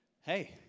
Hey